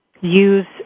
use